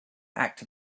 act